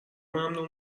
ممنوع